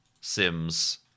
sims